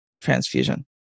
transfusion